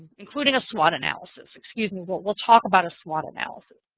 including a swot analysis. we'll talk about a swot analysis.